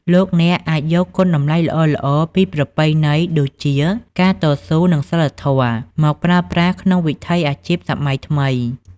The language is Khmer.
លោកអ្នកអាចយកគុណតម្លៃល្អៗពីប្រពៃណី ដូចជា "ការតស៊ូ" និង "សីលធម៌" មកប្រើប្រាស់ក្នុងវិថីអាជីពសម័យថ្មី។